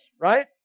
Right